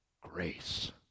grace